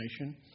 nation